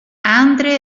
andre